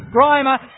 Grimer